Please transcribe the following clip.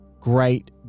Great